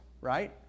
right